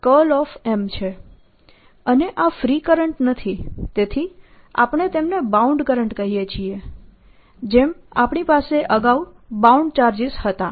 અને આ free current નથી તેથી આપણે તેમને બાઉન્ડ કરંટ કહીએ છીએ જેમ આપણી પાસે અગાઉ બાઉન્ડ ચાર્જીસ હતા